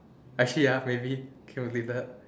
actually ya maybe it would be bad